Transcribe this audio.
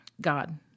God